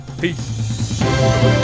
Peace